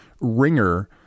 ringer